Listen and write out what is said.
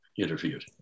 interviewed